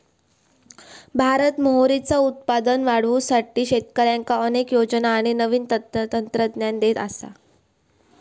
भारत मोहरीचा उत्पादन वाढवुसाठी शेतकऱ्यांका अनेक योजना आणि नवीन तंत्रज्ञान देता हा